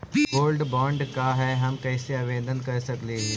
Gold bond का है, हम कैसे आवेदन कर सकली ही?